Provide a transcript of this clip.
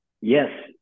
yes